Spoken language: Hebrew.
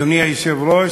אדוני היושב-ראש,